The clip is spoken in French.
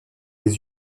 les